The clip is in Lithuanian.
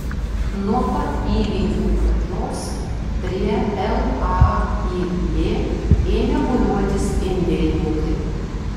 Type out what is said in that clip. nuo pat įvykių pradžios prie laib ėmė būriuotis indėlininkai